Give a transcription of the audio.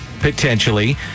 potentially